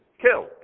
killed